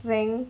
rank